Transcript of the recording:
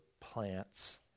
plants